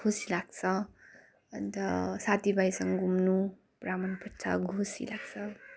खुसी लाग्छ अन्त साथीभाइसँग घुम्नु राम्रो लाग्छ अब खुसी लाग्छ